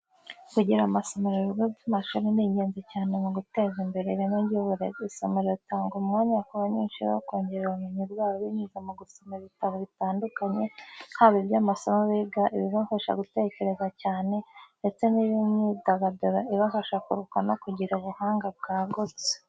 Kugira amasomero mu bigo by’amashuri ni ingenzi cyane mu guteza imbere ireme ry’uburezi. Isomero ritanga umwanya ku banyeshuri wo kongera ubumenyi bwabo binyuze mu gusoma ibitabo bitandukanye, haba iby’amasomo biga, ibibafasha gutekereza cyane, ndetse n’iby’imyidagaduro ibafasha kuruhuka no kugira ubuhanga bwagutse.